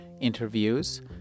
interviews